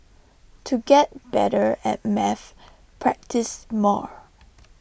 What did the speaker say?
to get better at maths practise more